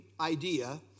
idea